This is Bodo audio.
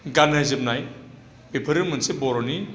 गाननाय जोमनाय बेफोरो मोनसे बर'नि